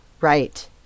right